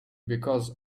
because